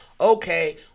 okay